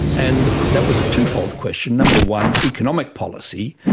and that was a twofold question. number one, economic policy,